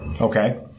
Okay